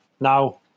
now